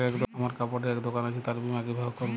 আমার কাপড়ের এক দোকান আছে তার বীমা কিভাবে করবো?